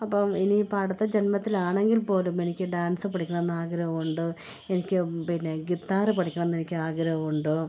അപ്പം ഇനി ഇപ്പോൾ അടുത്ത ജന്മത്തിലാണെങ്കിൽ പോലും എനിക്ക് ഡാൻസ് പഠിക്കണം എന്നാഗ്രഹമുണ്ട് എനിക്ക് പിന്നെ ഗിത്താറ് പഠിക്കണം എന്നെനിക്ക് ആഗ്രഹമുണ്ട്